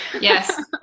yes